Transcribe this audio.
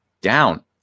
down